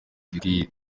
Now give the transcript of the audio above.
gikwiye